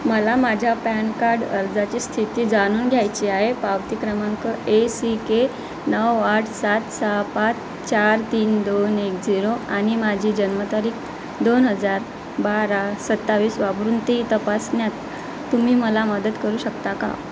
मला माझ्या PAN card अर्जाची स्थिती जाणून घ्यायची आहे पावती क्रमांक ए सी के नऊ आठ सात सहा पाच चार तीन दोन एक झिरो आणि माझी जन्मतारीख दोन हजार बारा सत्तावीस वापरून ती तपासण्यात तुम्ही मला मदत करू शकता का